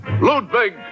Ludwig